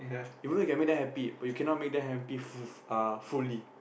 you know you can make them happy but you cannot make them happy full uh fully